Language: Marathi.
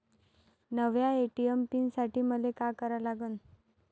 नव्या ए.टी.एम पीन साठी मले का करा लागन?